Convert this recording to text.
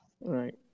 Right